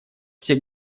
все